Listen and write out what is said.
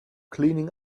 cleaning